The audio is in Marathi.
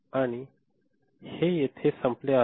आणि हे येथे संपले आहे